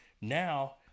Now